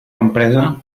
empresa